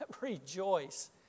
Rejoice